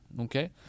okay